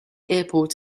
airport